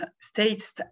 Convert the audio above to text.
state's